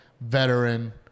veteran